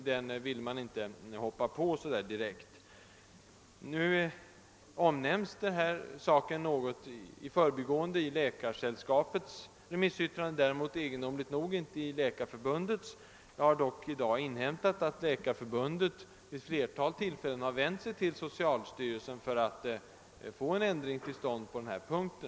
Denna sak omnämns visserligen i förbigående i Läkaresällskapets remissyttrande men däremot, egendomligt nog, inte i Läkarförbundets. Jag har dock i dag inhämtat att Läkarförbundet vid ett flertal tillfällen har vänt sig till socialstyrelsen för att få en ändring till stånd på denna punkt.